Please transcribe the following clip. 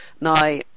Now